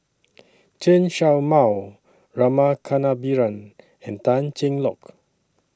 Chen Show Mao Rama Kannabiran and Tan Cheng Lock